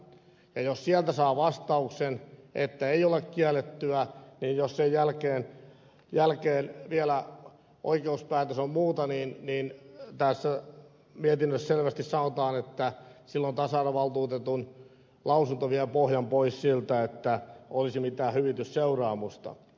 ja jos sieltä saa vastauksen että ei ole kiellettyä niin jos sen jälkeen vielä oikeuspäätös on muunlainen niin tässä mietinnössä selvästi sanotaan että silloin tasa arvovaltuutetun lausunto vie pohjan pois siltä että olisi mitään hyvitysseuraamusta